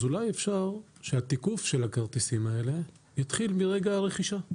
אז אולי אפשר שהתיקוף של הכרטיסים האלה יתחיל מרגע הרכישה?